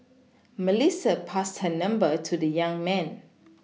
Melissa passed her number to the young man